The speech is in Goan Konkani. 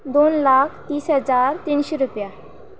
दोन लाख तीस हजार तिनशीं रुपया